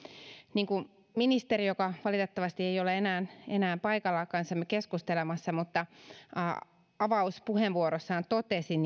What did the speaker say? niin kuin ministeri joka valitettavasti ei ole enää enää paikalla kanssamme keskustelemassa avauspuheenvuorossaan totesi